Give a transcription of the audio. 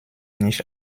nicht